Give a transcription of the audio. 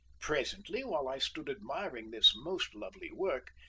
presently, while i stood admiring this most lovely work,